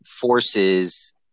forces